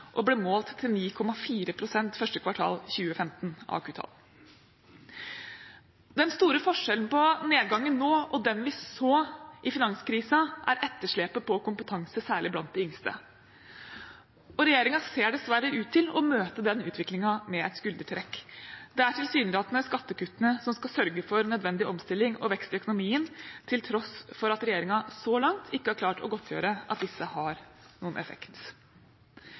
og ble målt til 9,4 pst. første kvartal 2015 av AKU. Den store forskjellen på nedgangen nå og den vi så under finanskrisen, er etterslepet når det gjelder kompetanse, særlig blant de yngste. Regjeringen ser dessverre ut til å møte denne utviklingen med et skuldertrekk. Det er skattekuttene som tilsynelatende skal sørge for nødvendig omstilling og vekst i økonomien, til tross for at regjeringen så langt ikke har klart å godtgjøre at disse har noen effekt.